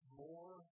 more